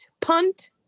punt